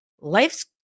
life's